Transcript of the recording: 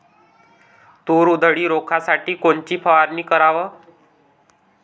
तूर उधळी रोखासाठी कोनची फवारनी कराव?